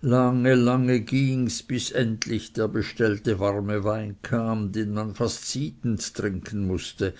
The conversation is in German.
lange gings bis endlich der bestellte warme wein kam den man fast siedend trinken mußte